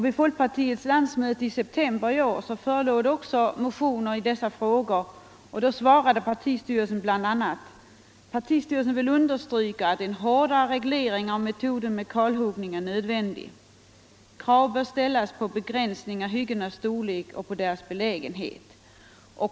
Vid folkpartiets landsmöte i september i år förelåg också motioner i dessa frågor, och då svarade partistyrelsen bl.a.: ”Partistyrelsen vill understryka att en hårdare reglering av metoden med kalhuggning är nödvändig. Krav bör ställas på begränsning av hyggenas storlek och på deras belägenhet.